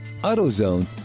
AutoZone